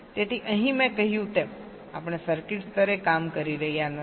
તેથી અહીં મેં કહ્યું તેમ આપણે સર્કિટ સ્તરે કામ કરી રહ્યા નથી